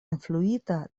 influita